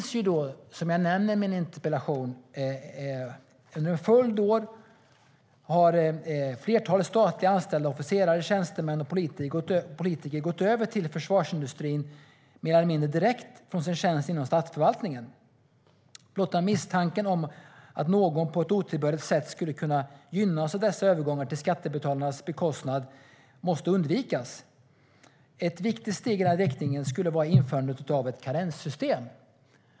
Som jag nämner i min interpellation har under en följd av år flera statligt anställda, officerare, tjänstemän och politiker gått över till försvarsindustrin mer eller mindre direkt från sin tjänst inom statsförvaltningen. Blotta misstanken om att någon på ett otillbörligt sätt skulle kunna gynnas av dessa övergångar på skattebetalarnas bekostnad måste undvikas. Ett viktigt steg i den riktningen skulle vara införandet av ett karenssystem.